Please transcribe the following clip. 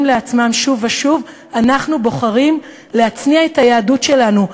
לעצמם שוב ושוב: אנחנו בוחרים להצניע את היהדות שלנו.